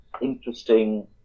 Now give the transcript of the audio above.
interesting